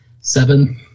Seven